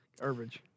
Garbage